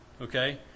okay